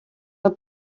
del